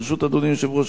ברשות אדוני היושב-ראש,